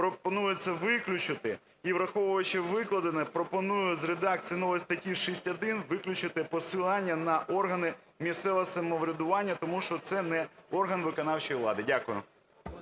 пропонується виключити, і, враховуючи викладене, пропоную з редакції нової статті 6-1 виключити посилання на органи місцевого самоврядування, тому що це не орган виконавчої влади. Дякую.